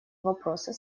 вопроса